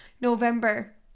November